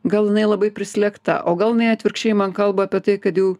gal inai labai prislėgta o gal inai atvirkščiai man kalba apie tai kad jau